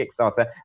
Kickstarter